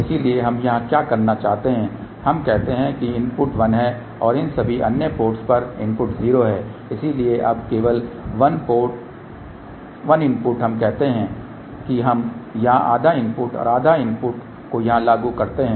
इसलिए हम यहां क्या करना चाहते हैं हम कहते हैं कि इनपुट 1 है और इन सभी अन्य पोर्ट्स पर इनपुट 0 है इसलिए अब केवल 1 इनपुट हम कहते हैं कि हम यहां आधा इनपुट और आधा इनपुट को यहां लागू करते हैं